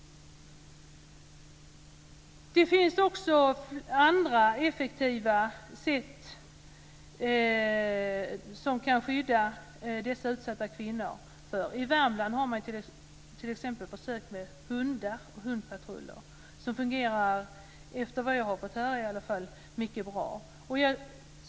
Det finns också andra effektiva sätt att skydda utsatta kvinnor. I Värmland har man t.ex. försökt med hundar och hundpatruller. Det fungerar, i varje fall efter vad jag har fått höra, mycket bra.